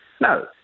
No